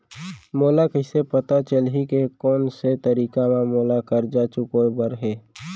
मोला कइसे पता चलही के कोन से तारीक म मोला करजा चुकोय बर हे?